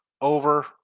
Over